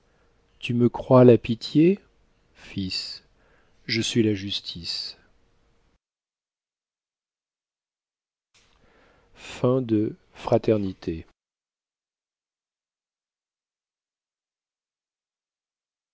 tu me crois la pitié fils je suis la justice